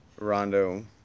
Rondo